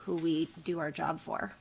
who we do our job for